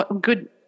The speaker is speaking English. good